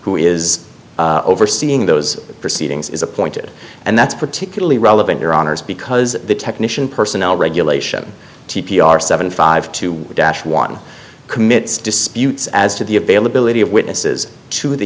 who is overseeing those proceedings is appointed and that's particularly relevant your honour's because the technician personnel regulation t p r seven five to dash one commits disputes as to the availability of witnesses to the